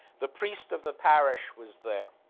the priest of the parish was there.